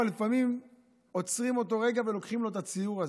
אבל לפעמים עוצרים אותו רגע ולוקחים לו את הציור הזה.